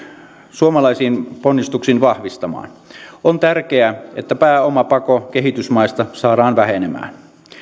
suomalaisin ponnistuksin vahvistamaan on tärkeää että pääomapako kehitysmaista saadaan vähenemään